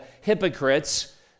hypocrites